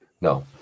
No